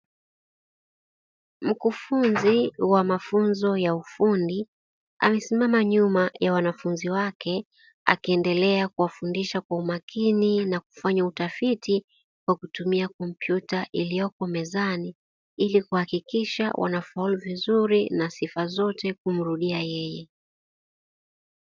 Mkufunzi wa mafunzo ya ufundi, amesimama nyuma ya wanafunzi wake akiendelea kuwafundisha kwa umakini na kufanya utafiti kwa kutumia kompyuta iliyopo mezani, ili kuhakikisha wanafaulu vizuri na sifa zote kumrudia yeye.